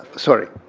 sorry.